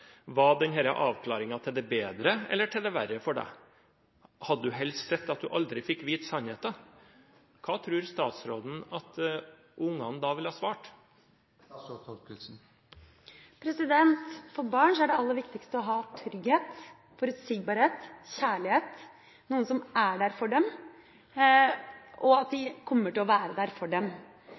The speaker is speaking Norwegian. til det bedre eller til det verre for deg? Hadde du helst sett at du aldri fikk vite sannheten? Hva tror statsråden at barna da ville svart? For barn er det aller viktigste å ha trygghet, forutsigbarhet, kjærlighet og noen som er der for dem og kommer til å være for dem.